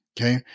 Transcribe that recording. Okay